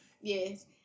Yes